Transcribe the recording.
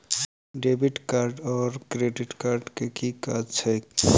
Debit card आओर credit card केँ की काज छैक?